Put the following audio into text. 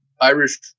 Irish